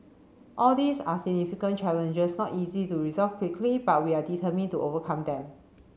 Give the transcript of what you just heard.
all these are significant challenges not easy to resolve quickly but we are determined to overcome them